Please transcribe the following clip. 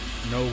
No